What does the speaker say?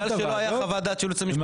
בגלל שלא הייתה חוות דעת של היועץ המשפטי.